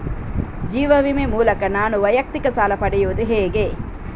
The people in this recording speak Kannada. ಜೀವ ವಿಮೆ ಮೂಲಕ ನಾನು ವೈಯಕ್ತಿಕ ಸಾಲ ಪಡೆಯುದು ಹೇಗೆ?